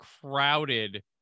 crowded